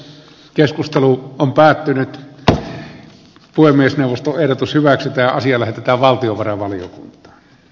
keskustelu on päätynyt voi myös nostoehdotus hyväksytään sillä että valtiovarainvaliokunta